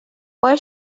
why